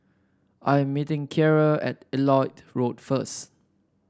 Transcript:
I am meeting Ciarra at Elliot Road first